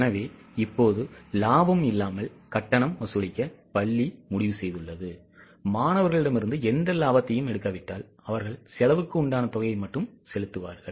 எனவே இப்போது லாபம் இல்லாமல் கட்டணம் வசூலிக்க பள்ளி முடிவு செய்துள்ளது மாணவர்களிடமிருந்து எந்த லாபத்தையும் எடுக்காவிட்டால் அவர்கள் செலவுக்கு உண்டான தொகையை மட்டும் செலுத்துவார்கள்